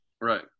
Right